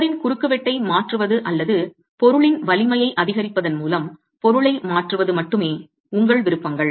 சுவரின் குறுக்குவெட்டை மாற்றுவது அல்லது பொருளின் வலிமையை அதிகரிப்பதன் மூலம் பொருளை மாற்றுவது மட்டுமே உங்கள் விருப்பங்கள்